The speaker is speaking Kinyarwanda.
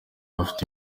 bafite